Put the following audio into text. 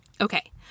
Okay